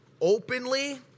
openly